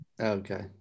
Okay